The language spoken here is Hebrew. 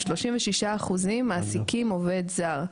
36% מעסיקים עובד זר,